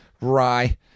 rye